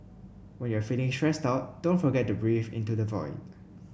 when you are feeling stressed out don't forget to breathe into the void